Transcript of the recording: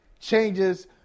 changes